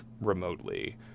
remotely